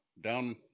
down